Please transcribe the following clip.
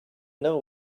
know